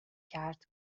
کرد